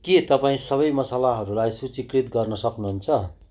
के तपाईँ सबै मसलाहरूलाई सूचीकृत गर्न सक्नुहुन्छ